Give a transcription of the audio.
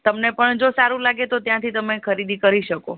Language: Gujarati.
તમને પણ જો સારું લાગે તો ત્યાંથી તમે ખરીદી કરી શકો